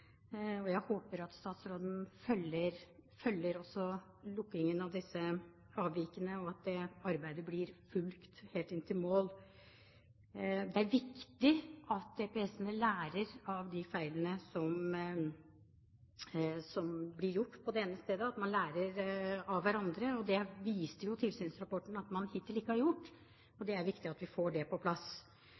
Og jeg håper at statsråden også følger opp lukkingen av disse avvikene, og at det arbeidet blir fulgt opp helt inn til mål. Det er viktig at DPS-ene lærer av de feilene som blir gjort på ett sted, og at man lærer av hverandre. Det viste jo tilsynsrapporten at man hittil ikke har gjort, så det er viktig at vi får det på plass.